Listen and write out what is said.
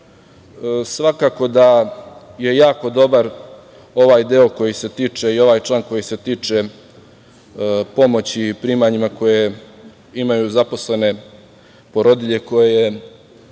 svakako da je jako dobar ovaj deo koji se tiče i ovaj član koji se tiče pomoći primanjima koje imaju zaposlene porodilje koje